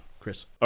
Chris